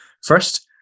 First